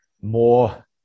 more